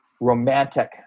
romantic